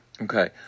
okay